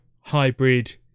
hybrid